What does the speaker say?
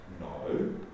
No